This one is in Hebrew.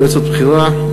יועצת בכירה,